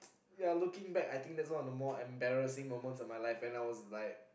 ya looking back I think that was one of the more embarrassing moments of my life and I was like